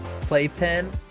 playpen